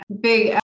big